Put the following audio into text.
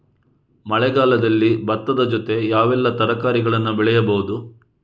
ಮಳೆಗಾಲದಲ್ಲಿ ಭತ್ತದ ಜೊತೆ ಯಾವೆಲ್ಲಾ ತರಕಾರಿಗಳನ್ನು ಬೆಳೆಯಬಹುದು?